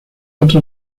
otra